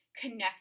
connect